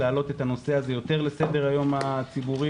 להעלות את הנושא הזה יותר לסדר היום הציבורי,